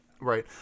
Right